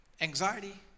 anxiety